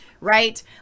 right